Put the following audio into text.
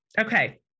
Okay